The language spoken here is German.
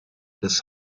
des